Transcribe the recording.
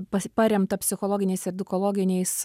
pas paremtą psichologiniais edukologiniais